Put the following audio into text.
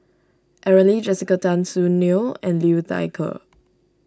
Aaron Lee Jessica Tan Soon Neo and Liu Thai Ker